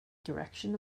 direction